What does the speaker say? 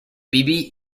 bebe